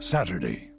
Saturday